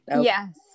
Yes